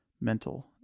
mental